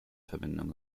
verbindung